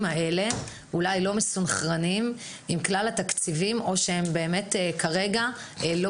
האלה אולי לא מסונכרנים עם כלל התקציבים או שכרגע הם לא